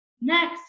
Next